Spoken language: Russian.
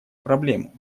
проблему